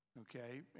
okay